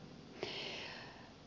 hyvä niin